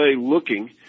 looking